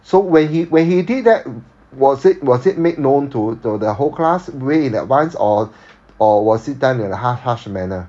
so when he when he did that was it was it made known to the the whole class way in advance or or was it done in a hush hush manner